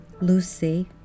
Lucy